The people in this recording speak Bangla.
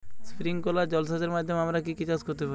স্প্রিংকলার জলসেচের মাধ্যমে আমরা কি কি চাষ করতে পারি?